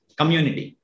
community